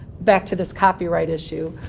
back to this copyright issue.